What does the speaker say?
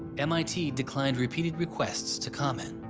mit declined repeated requests to comment.